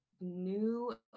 new